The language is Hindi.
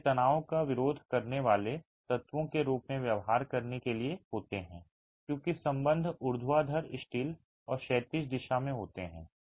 ये तनाव का विरोध करने वाले तत्वों के रूप में व्यवहार करने के लिए होते हैं क्योंकि संबंध ऊर्ध्वाधर दिशा और क्षैतिज दिशा में होते हैं